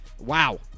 wow